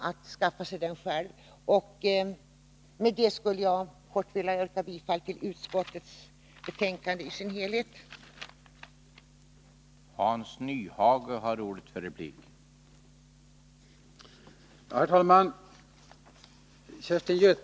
Med det sagda skulle jag vilja yrka bifall till hemställan i utbildningsutskottets betänkanden nr 21 och nr 22 utom vid punkt 5 i utskottets betänkande nr 21, där jag yrkar bifall till reservation 2.